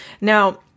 Now